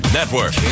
Network